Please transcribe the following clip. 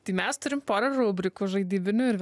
tai mes turime pora rubrikų žaidybinių ir